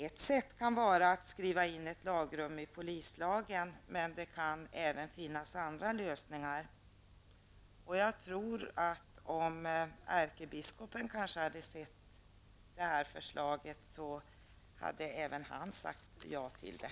Ett sätt kan vara att skriva in ett lagrum i polislagen, men det kan även finnas andra lösningar. Jag tror att om ärkebiskopen hade sett det här förslaget, så hade även han sagt ja till det.